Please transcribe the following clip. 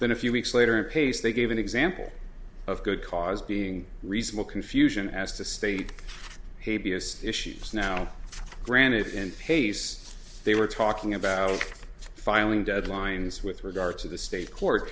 then a few weeks later in pace they gave an example of good cause being reasonable confusion as to state issues now granted and pace they were talking about filing deadlines with regard to the state court